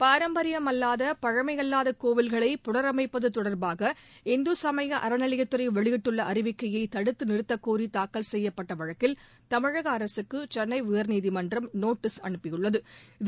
பாரம்பரியமல்லாதபழமையல்லாதகோவில்களை புனரமைப்பததொடர்பாக இந்துசமயஅறநிலையத்துறைவெளியிட்டுள்ளஅறிவிக்கையைதடுத்துநிறுத்தக்கோரிதாக்கல் செய்யப்பட்டவழக்கில் தமிழகஅரசுக்குசென்னையர்நீதிமன்றம் நோட்டீஸ் அனுப்பியுள்ளது